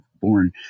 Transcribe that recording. born